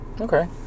Okay